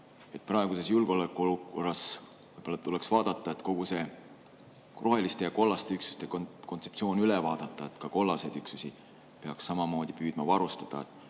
Praeguses julgeolekuolukorras tuleks võib-olla kogu see roheliste ja kollaste üksuste kontseptsioon üle vaadata. Kollaseid üksusi peaks samamoodi püüdma varustada.